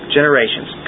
Generations